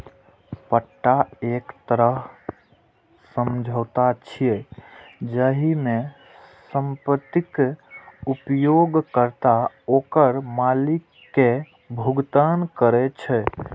पट्टा एक तरह समझौता छियै, जाहि मे संपत्तिक उपयोगकर्ता ओकर मालिक कें भुगतान करै छै